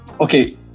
Okay